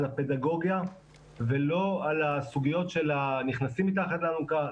הפדגוגיה ולא על הסוגיות של נכנסים מתחת לאלונקה,